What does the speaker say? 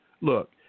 Look